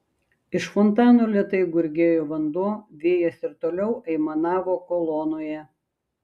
iš fontano lėtai gurgėjo vanduo vėjas ir toliau aimanavo kolonoje